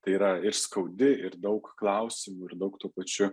tai yra ir skaudi ir daug klausimų ir daug tų pačių